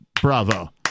bravo